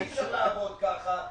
אי אפשר לעבוד ככה.